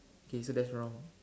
okay so that's wrong